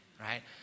right